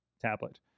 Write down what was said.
tablet